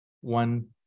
one